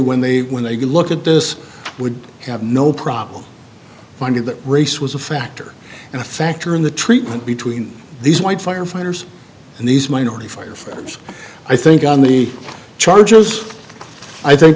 when they when they could look at this would have no problem finding that race was a factor and a factor in the treatment between these white firefighters and these minority firefighters i think on the charges i think